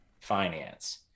finance